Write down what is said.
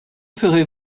ferez